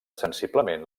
sensiblement